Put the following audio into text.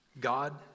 God